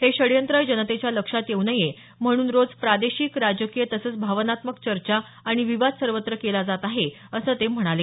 हे षडयंत्र जनतेच्या लक्षात येऊ नये म्हणून रोज प्रादेशिक राजकीय तसंच भावनात्मक चर्चा आणि विवाद सर्वत्र केला जात आहे असं ते म्हणाले